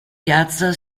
piazza